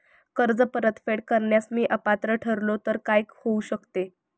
कर्ज परतफेड करण्यास मी अपात्र ठरलो तर काय होऊ शकते?